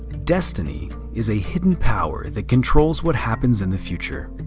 destiny is a hidden power that controls what happens in the future.